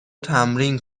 تمرین